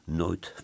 nooit